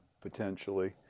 potentially